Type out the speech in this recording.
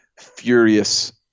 furious